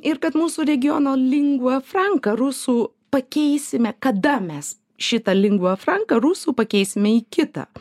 ir kad mūsų regiono lingua franca rusų pakeisime kada mes šitą lingua franca rusų pakeisime į kitą